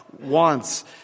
wants